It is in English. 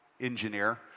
engineer